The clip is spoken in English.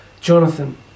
Jonathan